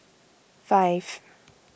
five